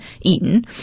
eaten